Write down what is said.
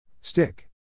Stick